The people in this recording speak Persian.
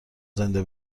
زنده